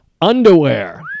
underwear